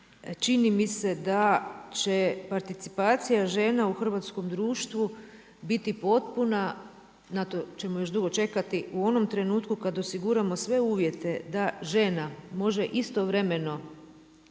čini mi se da će participacija žena u hrvatskom društvu biti potpuna, na to ćemo još dugo čekati, u onom trenutku kada osiguramo sve uvjete da žena može istovremeno